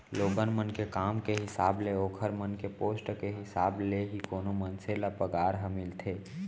लोगन मन के काम के हिसाब ले ओखर मन के पोस्ट के हिसाब ले ही कोनो मनसे ल पगार ह मिलथे